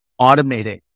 automating